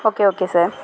okay okay sir